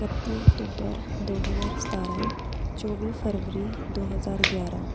ਇਕੱਤੀ ਅਕਤੂਬਰ ਦੋ ਹਜ਼ਾਰ ਸਤਾਰ੍ਹਾਂ ਚੌਵੀ ਫਰਵਰੀ ਦੋ ਹਜ਼ਾਰ ਗਿਆਰ੍ਹਾਂ